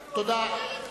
מסיר, תודה.